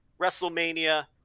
WrestleMania